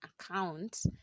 account